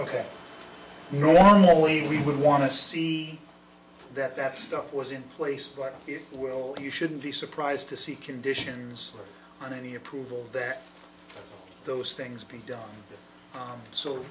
ok normally we would want to see that that stuff was in place where it will be you shouldn't be surprised to see conditions on any approval that those things be done so so